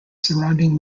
surrounding